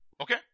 okay